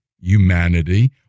humanity